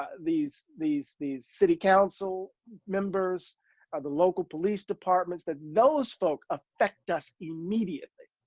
ah these, these, these city council members or the local police departments that knows folk affect us immediately.